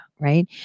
right